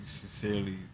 sincerely